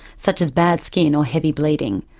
such as bad skin or heavy bleeding,